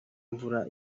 imvura